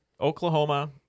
Oklahoma